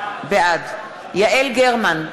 בעד יעל גרמן,